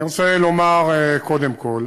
אני רוצה לומר קודם כול